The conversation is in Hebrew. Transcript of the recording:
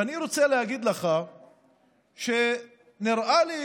ואני רוצה להגיד לך שנראה לי